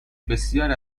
بسیاری